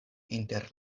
inter